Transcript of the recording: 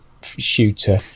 shooter